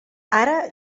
ara